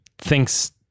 thinks